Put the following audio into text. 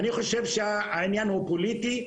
אני חושב שהעניין הוא פוליטי,